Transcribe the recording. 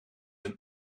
een